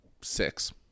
six